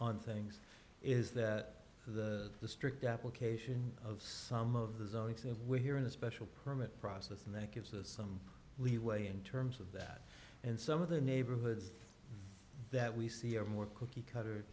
on things is that the district application of some of the zones and we're here in a special permit process and that gives us some leeway in terms of that and some of the neighborhoods that we see are more cookie cutter